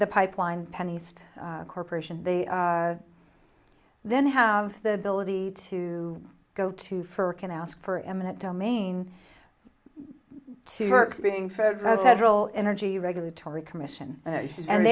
the pipeline pennies to corporations they then have the ability to go to for can ask for eminent domain to work being fed federal energy regulatory commission and